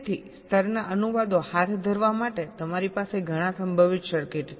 તેથી સ્તરના અનુવાદો હાથ ધરવા માટે તમારી પાસે ઘણા સંભવિત સર્કિટ છે